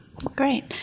Great